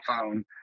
phone